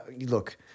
look